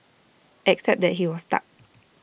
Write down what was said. except that he was stuck